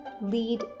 lead